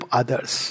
others